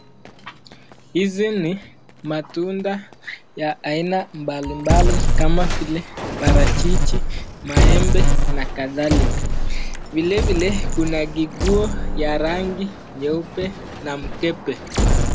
Hizi ni matunda ya aina mbalimabli kama vile parachichi, maembe na kadhalika. Vilevile kuna nguo ya rangi nyeupe na mkebe.